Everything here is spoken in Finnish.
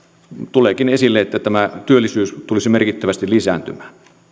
tuleekin esille että tämä työllisyys tulisi merkittävästi lisääntymään